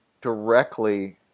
directly